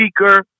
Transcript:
speaker